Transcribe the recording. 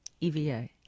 E-V-A